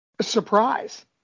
surprise